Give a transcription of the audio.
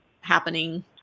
happening